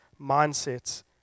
mindsets